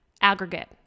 aggregate